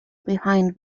behind